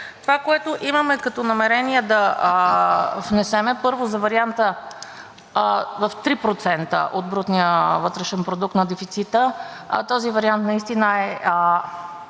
това, което имаме като намерения, е да внесем, първо, варианта с 3% от брутния вътрешен продукт на дефицита. Този вариант наистина е